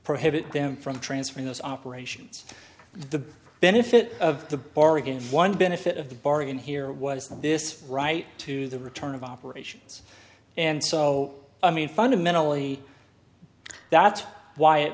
prohibit them from transfer in those operations the benefit of the bargain one benefit of the bargain here was this right to the return of operations and so i mean fundamentally that's why it